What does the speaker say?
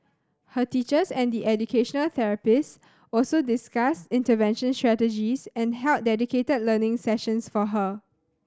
her teachers and the educational therapists also discussed intervention strategies and held dedicated learning sessions for her